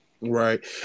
right